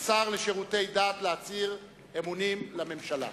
השר לשירותי דת, להצהיר אמונים לממשלה.